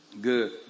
Good